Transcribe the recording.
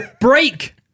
Break